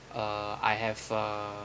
uh I have a